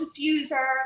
diffuser